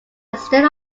extent